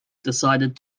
decided